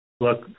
look